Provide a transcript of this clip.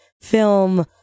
film